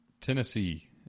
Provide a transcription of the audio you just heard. Tennessee